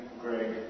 Greg